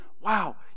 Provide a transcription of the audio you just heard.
Wow